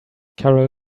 carol